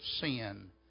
sin